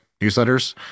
newsletters